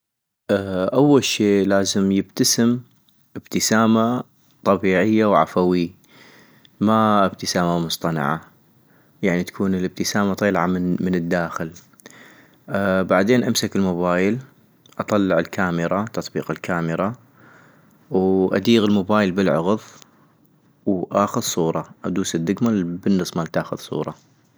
أول شي لازم يبتسم ابتسامة طبيعية وعفويي، ما ابتسامة مصطنعة ، يعني تكون الابتسامة طيلعة من الداخل - بعدين امسك الموبايل ، اطلع الكاميرا تطبيق الكاميرا ، واديغ الموبايل بالعغض واخذ صورة، ادوس الدكمة البنص مال تاخذ صورة